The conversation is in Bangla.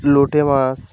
লোটে মাছ